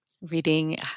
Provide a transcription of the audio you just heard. reading